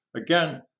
Again